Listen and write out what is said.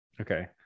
Okay